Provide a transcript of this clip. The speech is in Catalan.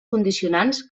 condicionants